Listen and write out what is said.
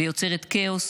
ויוצרת כאוס,